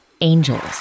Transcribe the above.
angels